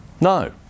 no